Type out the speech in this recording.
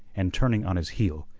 and turning on his heel,